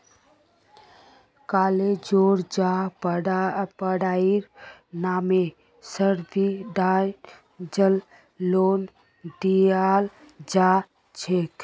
कालेजेर या पढ़ाईर नामे सब्सिडाइज्ड लोन दियाल जा छेक